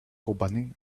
company